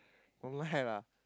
don't lie lah